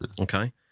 Okay